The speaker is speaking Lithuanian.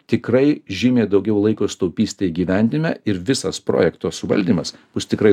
tikrai žymiai daugiau laiko sutaupysite įgyvendinime ir visas projekto suvaldymas bus tikrai